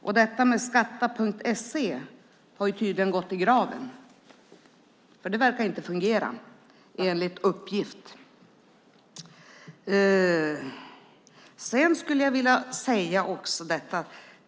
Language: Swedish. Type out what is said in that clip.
Detta med skatta.se har tydligen gått i graven. Det verkar inte fungera, enligt uppgift.